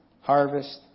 harvest